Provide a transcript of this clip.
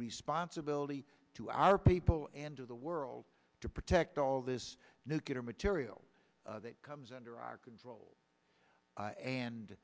responsibility to our people and to the world to protect all this nuclear material that comes under our control and